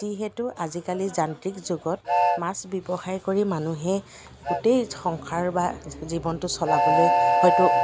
যিহেতু আজিকালি যান্ত্ৰিক যুগত মাছ ব্যৱসায় কৰি মানুহে গোটেই সংসাৰ বা জীৱনটো চলাবলৈ হয়তো